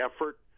effort